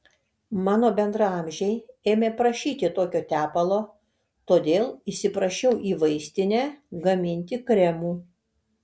mano bendraamžiai ėmė prašyti tokio tepalo todėl įsiprašiau į vaistinę gaminti kremų